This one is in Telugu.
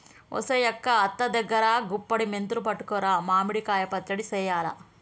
ఒసెయ్ అక్క అత్త దగ్గరా గుప్పుడి మెంతులు పట్టుకురా మామిడి కాయ పచ్చడి సెయ్యాల